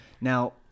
Now